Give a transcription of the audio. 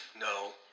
No